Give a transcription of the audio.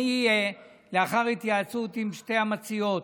לאחר התייעצות עם שתי המציעות,